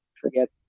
forget